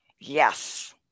yes